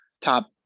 top